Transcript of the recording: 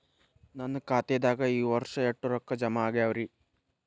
ನನ್ನ ಖಾತೆದಾಗ ಈ ವರ್ಷ ಎಷ್ಟು ರೊಕ್ಕ ಜಮಾ ಆಗ್ಯಾವರಿ?